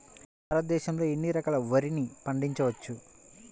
భారతదేశంలో ఎన్ని రకాల వరిని పండించవచ్చు